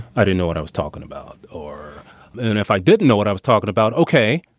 i didn't know what i was talking about or and if i didn't know what i was talking about. ok,